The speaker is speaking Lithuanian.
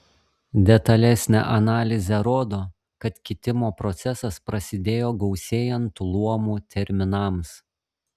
detalesnė analizė rodo kad kitimo procesas prasidėjo gausėjant luomų terminams